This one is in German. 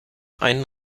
einen